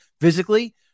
physically